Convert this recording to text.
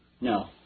No